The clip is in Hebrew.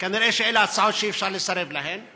כנראה אלה הצעות שאי-אפשר לסרב להן,